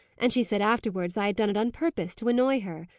and she said afterwards i had done it on purpose to annoy her.